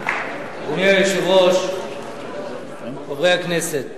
אדוני היושב-ראש, חברי הכנסת,